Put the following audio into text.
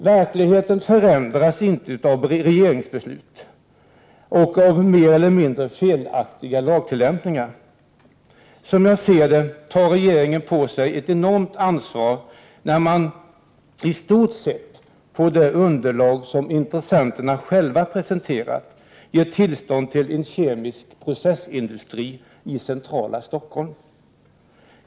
Verkligheten förändras inte av regeringsbeslut och mer eller mindre felaktiga lagtillämpningar. Som jag ser det tar regeringen på sig ett enormt ansvar när den i stort sett på det underlag som intressenterna själva presenterat ger tillstånd till en kemisk processindustri i centrala Stockholm.